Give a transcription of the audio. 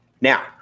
Now